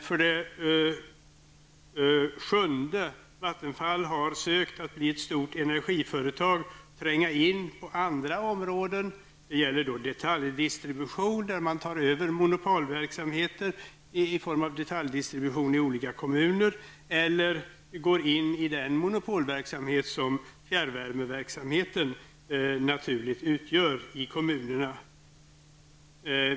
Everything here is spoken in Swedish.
För det sjunde har Vattenfall försökt att bli ett stort energiföretag och tränga in på andra områden. Det gäller då detaljdistribution där man tar över monopolverksamheten i form av detaljdistribution i olika kommuner, eller går in i den monopolverksamhet som fjärrvärmeverksamheten naturligt utgör i kommunerna.